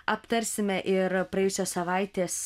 aptarsime ir praėjusios savaitės